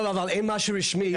לא, לא, אבל אין משהו רשמי.